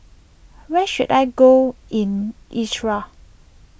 where should I go in Iraq